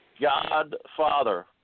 godfather